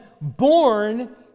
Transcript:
born